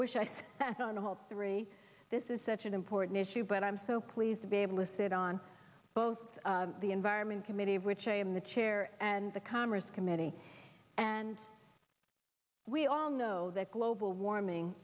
wish i sat on the whole three this is such an important issue but i'm so pleased to be able to sit on both the environment committee of which i am the chair and the commerce committee and we all know that global warming